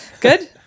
good